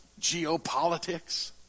geopolitics